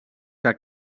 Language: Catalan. que